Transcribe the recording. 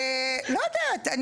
אני לא יודעת.